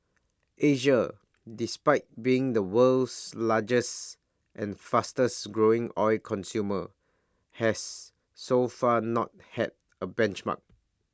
Asia despite being the world's largest and fastest growing oil consumer has so far not had A benchmark